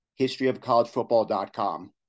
historyofcollegefootball.com